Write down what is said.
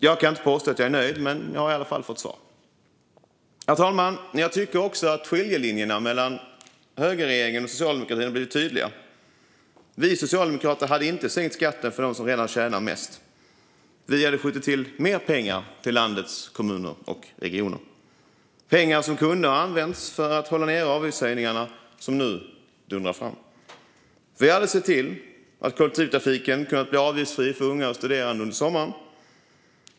Jag kan inte påstå att jag är nöjd, men jag har i alla fall fått svar. Fru talman! Jag tycker också att skiljelinjerna mellan högerregeringen och socialdemokratin har blivit tydliga. Vi socialdemokrater hade inte sänkt skatten för dem som redan tjänar mest. Vi hade skjutit till mer pengar till landets kommuner och regioner - pengar som kunde ha använts för att hålla nere de avgiftshöjningar som nu dundrar fram. Vi hade sett till att kollektivtrafiken hade kunnat bli avgiftsfri för unga och studerande under sommaren.